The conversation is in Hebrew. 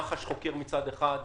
מח"ש חוקרת מצד אחד,